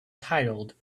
titled